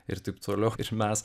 ir taip toliau mes